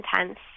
intense